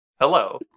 hello